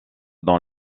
dans